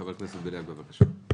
חבר הכנסת בליאק, בבקשה.